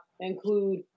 include